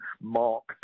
mark